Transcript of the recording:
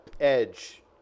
Edge